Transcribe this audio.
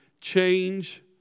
change